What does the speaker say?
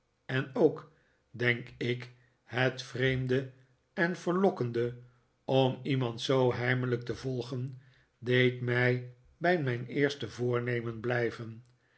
en ook denk ik het vreemde en verlokkende om iemand zoo heimelijk te volgen deed mij bij mijn eerste voornemen blijven